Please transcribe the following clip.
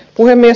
puhemies